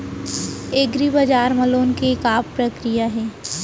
एग्रीबजार मा लोन के का प्रक्रिया हे?